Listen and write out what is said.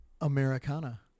Americana